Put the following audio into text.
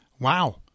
Wow